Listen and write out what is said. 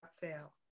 fail